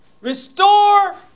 restore